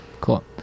cool